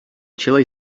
chilli